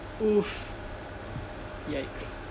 oof yikes